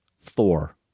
Thor